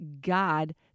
God